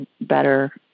better